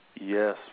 yes